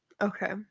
Okay